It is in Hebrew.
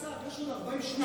אדוני השר, יש עוד 40 שניות.